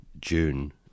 June